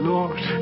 Lord